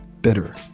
bitter